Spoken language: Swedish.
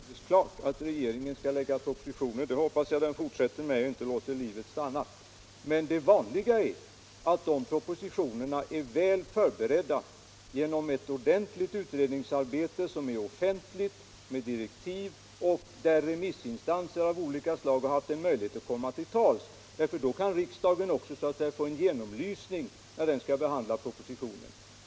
Herr talman! Det är alldeles klart att regeringen skall framlägga propositioner. Det hoppas jag att den fortsätter med och inte låter livet stanna. Men det vanliga är att propositionerna är väl förberedda genom ett ordentligt utredningsarbete som är offentligt och sker efter direktiv och där remissinstanser av olika slag haft en möjlighet att komma till tals — då kan riksdagen också få en genomlysning av problemen när den skall behandla propositionen.